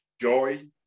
joy